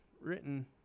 written